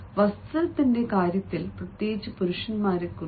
വസ്ത്രത്തിന്റെ കാര്യത്തിൽ പ്രത്യേകിച്ച് പുരുഷന്മാരെക്കുറിച്ച്